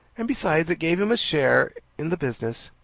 and besides it gave him a share in the business.